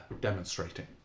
demonstrating